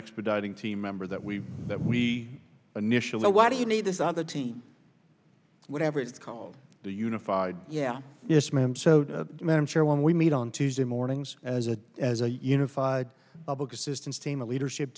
expediting team member that we that we initially why do you need this other team whatever it's called the unified yeah yes ma'am so madam chair when we meet on tuesday mornings as a as a unified public assistance team a leadership